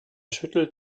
schüttelt